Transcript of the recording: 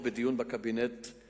עדיין לא התקבל מידע חדש בנושא זה.